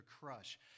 crush